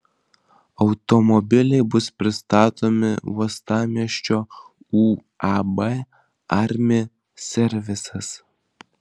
automobiliai bus pristatomi uostamiesčio uab armi servisas